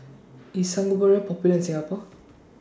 IS Sangobion Popular in Singapore